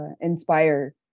inspire